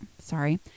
Sorry